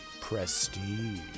Prestige